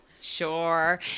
Sure